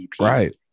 Right